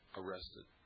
arrested